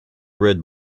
red